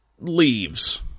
leaves